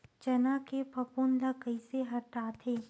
चना के फफूंद ल कइसे हटाथे?